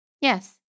Yes